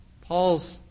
Paul's